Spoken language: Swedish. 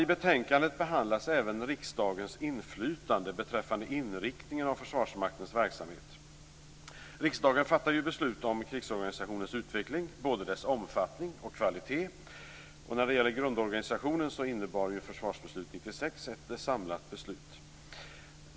I betänkandet behandlas även riksdagens inflytande beträffade inriktningen av Försvarsmaktens verksamhet. Riksdagen fattar beslut om krigsorganisationens utveckling - både dess omfattning och kvalitet. När det gäller grundorganisationen var Försvarsbeslut 96 ett samlat beslut.